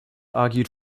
argued